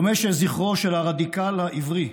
דומה שזכרו של הרדיקל העברי,